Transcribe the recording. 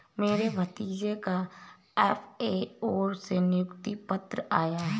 मेरे भतीजे का एफ.ए.ओ से नियुक्ति पत्र आया है